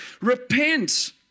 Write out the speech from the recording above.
Repent